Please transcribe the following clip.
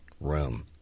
room